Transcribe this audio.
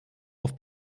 auf